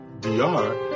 DR